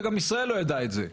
וגם ישראל לא ידעה את זה.